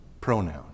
pronoun